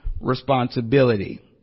responsibility